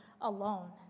alone